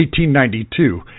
1892